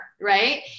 right